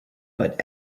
but